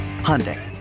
Hyundai